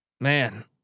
man